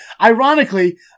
Ironically